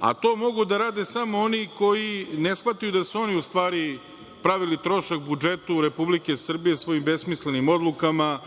a to mogu da rade samo oni koji ne shvataju da su oni u stvari pravili trošak budžetu Republike Srbije svojim besmislenim odlukama,